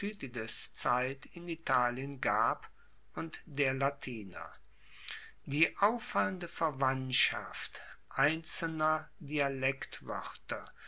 thukydides zeit in italien gab und der latiner die auffallende verwandtschaft einzelner